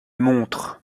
montre